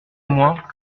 moins